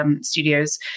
studios